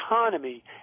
economy